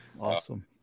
Awesome